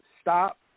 stop